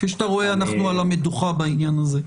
כפי שאתה רואה אנחנו על המדוכה בעניין הזה.